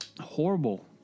horrible